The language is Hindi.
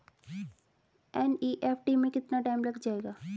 एन.ई.एफ.टी में कितना टाइम लग जाएगा?